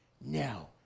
Now